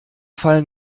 fallen